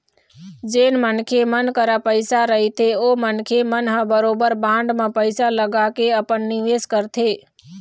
जेन मनखे मन करा पइसा रहिथे ओ मनखे मन ह बरोबर बांड म पइसा लगाके अपन निवेस करथे